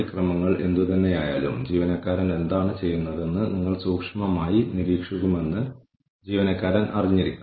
ഞങ്ങളുടെ ജീവനക്കാർ എങ്ങനെ സംഭാവന ചെയ്യുന്നു നമ്മളുടെ ജീവനക്കാർ നമ്മളെ എങ്ങനെ കാണുന്നു എന്നത് ജനങ്ങളുടെ കാഴ്ചപ്പാടാണ്